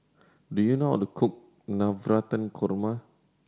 do you know how to cook Navratan Korma